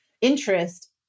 interest